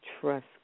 trust